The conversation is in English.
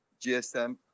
gsm